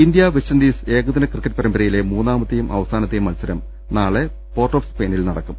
ഇന്തൃ West Indies ഏകദിന cricket പരമ്പരയിലെ മൂന്നാമ ത്തെയും അവസാനത്തെയും മത്സരം നാളെ പോർട്ട് ഓഫ് സ്പെയി നിൽ നടക്കും